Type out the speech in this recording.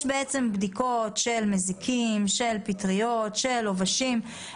יש בעצם בדיקות של מזיקים, של פטריות, של עובשים.